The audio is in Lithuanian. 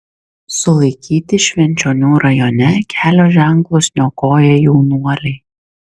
sulaikyti švenčionių rajone kelio ženklus niokoję jaunuoliai